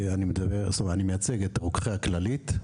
אני מייצג את רוקחי הכללית,